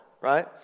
right